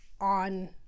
on